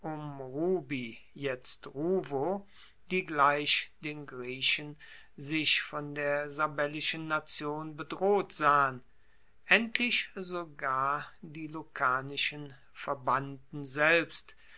die gleich den griechen sich von der sabellischen nation bedroht sahen endlich sogar die lucanischen verbannten selbst